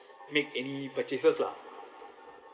make any purchases lah